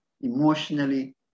emotionally